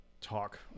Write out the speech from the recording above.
talk